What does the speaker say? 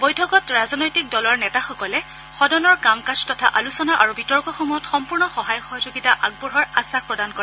বৈঠকত সকলো দলৰ নেতাসকলে সদনৰ কাম কাজ তথা আলোচনা আৰু বিতৰ্কসমূহত সম্পূৰ্ণ সহায় সহযোগিতা আগবঢ়োৱাৰ আখাস প্ৰদান কৰে